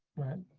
right,